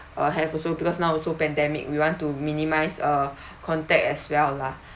uh have also because now also pandemic we want to minimise uh contact as well lah